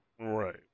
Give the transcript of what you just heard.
Right